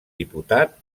diputat